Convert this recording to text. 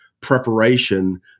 preparation